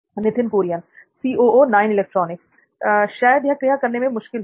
नित्थिन कुरियन शायद यह क्रिया करने में मुश्किल होगी